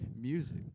music